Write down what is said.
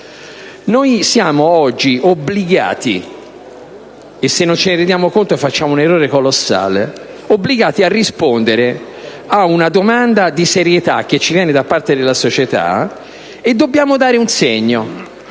Noi siamo oggi obbligati (e se non ce ne rendiamo conto facciamo un errore colossale) a rispondere a una domanda di serietà che ci viene da parte della società, e dobbiamo dare un segno.